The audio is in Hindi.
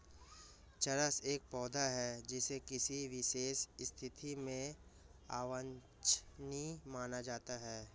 चरस एक पौधा है जिसे किसी विशेष स्थिति में अवांछनीय माना जाता है